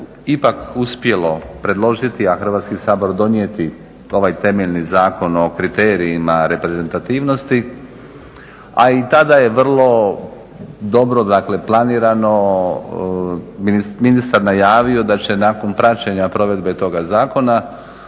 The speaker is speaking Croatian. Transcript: ipak uspjelo predložiti a Hrvatski sabor donijeti ovaj temeljni zakon o kriterijima, reprezentativnosti. A i tada je vrlo dobro dakle planirano ministar najavio da će nakon praćenja provedbe toga zakona